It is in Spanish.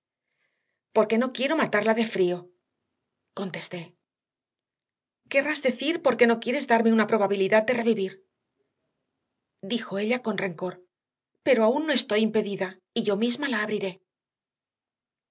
porque no quiero matarla de frío contesté querrás decir que porque no quieres darme una probabilidad de revivir dijo ella con rencor pero aún no estoy impedida y yo misma la abriré